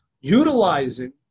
Utilizing